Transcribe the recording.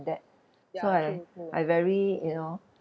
that so I I very you know